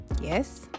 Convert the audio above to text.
Yes